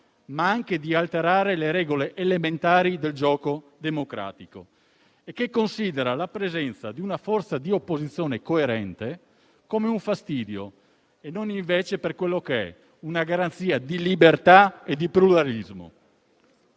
ma anche di alterare le regole elementari del gioco democratico e che considera la presenza di una forza di opposizione coerente come un fastidio e non invece per quello che è, ovvero una garanzia di libertà e di pluralismo.